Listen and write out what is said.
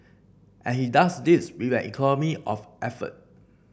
and he does this with an economy of effort